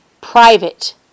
private